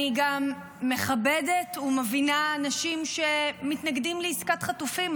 אני גם מכבדת ומבינה אנשים שמתנגדים לעסקת חטופים.